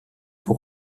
pour